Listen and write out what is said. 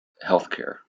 healthcare